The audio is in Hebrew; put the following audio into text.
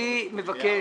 אני מבקש,